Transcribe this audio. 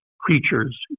creatures